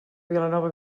vilanova